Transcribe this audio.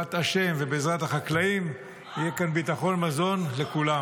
ובעזרת השם ובעזרת החקלאים יהיה כאן ביטחון מזון לכולם.